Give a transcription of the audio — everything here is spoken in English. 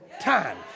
time